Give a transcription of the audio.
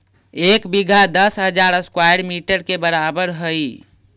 एक बीघा दस हजार स्क्वायर मीटर के बराबर हई